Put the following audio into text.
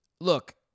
Look